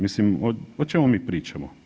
Mislim o čemu mi pričamo?